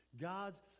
God's